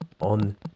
on